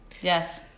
Yes